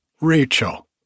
Rachel